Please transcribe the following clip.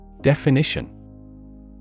Definition